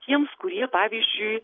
tiems kurie pavyzdžiui